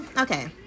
okay